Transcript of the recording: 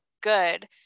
good